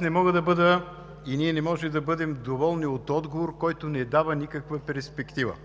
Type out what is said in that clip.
не можем да бъдем доволни от отговор, който не дава никаква перспектива.